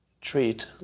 treat